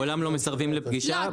מעולם לא מסרבים לפגישה.